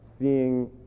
seeing